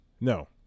No